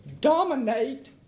dominate